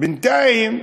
בינתיים,